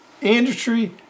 industry